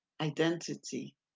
identity